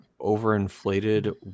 overinflated